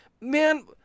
man